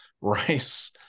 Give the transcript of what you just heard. Rice